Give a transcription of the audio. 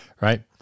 right